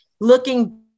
looking